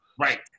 Right